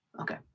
Okay